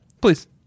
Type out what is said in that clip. please